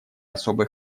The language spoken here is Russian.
особый